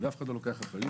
ואף אחד לא לוקח אחריות.